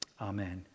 Amen